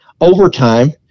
overtime